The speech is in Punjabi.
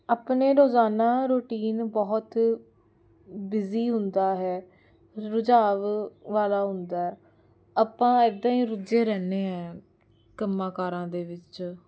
ਆਪਣੇ ਰੋਜ਼ਾਨਾ ਰੂਟੀਨ ਬਹੁਤ ਬਿਜ਼ੀ ਹੁੰਦਾ ਹੈ ਰੁਝਾਵ ਵਾਲਾ ਹੁੰਦਾ ਆਪਾਂ ਇੱਦਾਂ ਹੀ ਰੁੱਝੇ ਰਹਿਨੇ ਹੈ ਕੰਮਾਂ ਕਾਰਾਂ ਦੇ ਵਿੱਚ